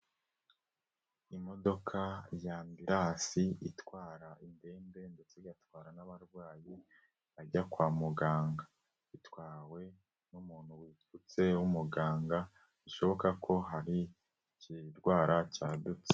Imodoka y'ambiransi itwara indembe ndetse igatwara n'abarwayi bajya kwa muganga, itwawe n'umuntu wipfutse w'umuganga bishoboka ko hari ikirwara cyadutse.